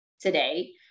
today